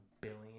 billion